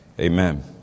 Amen